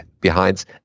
behinds